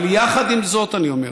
אבל יחד עם זאת אני אומר,